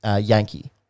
Yankee